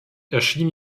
erschien